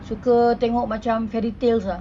suka tengok macam fairy tales ah